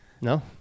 No